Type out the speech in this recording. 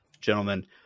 gentlemen